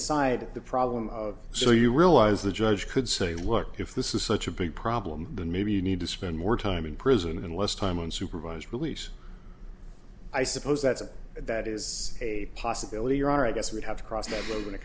aside the problem of so you realize the judge could say look if this is such a big problem then maybe you need to spend more time in prison and less time on supervised release i suppose that's a that is a possibility or are i guess we'd have to cross the road when it